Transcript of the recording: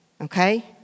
okay